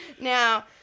Now